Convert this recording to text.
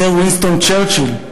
סר ווינסטון צ'רצ'יל,